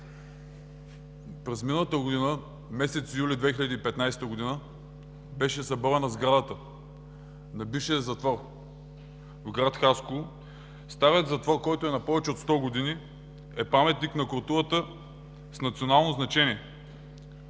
През миналата година – месец юли 2015 г., беше съборена сградата на бившия затвор в град Хасково. Старият затвор, който е на повече от 100 години, е паметник на културата с национално значение.